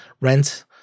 rent